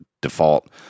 default